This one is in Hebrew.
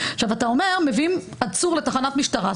מביאים עצור לתחנת משטרה,